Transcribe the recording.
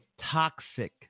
toxic